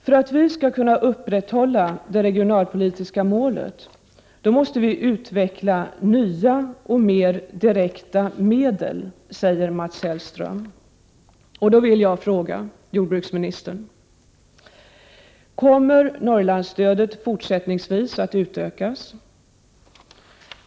För att kunna upprätthålla det regionalpolitiska målet måste vi utveckla nya och mer direkta medel, säger Mats Hellström. Då vill jag fråga jordbruksministern: Kommer Norrlandsstödet fortsättningsvis att utökas?